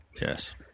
Yes